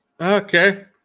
Okay